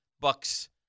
Bucks